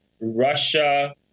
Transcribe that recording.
Russia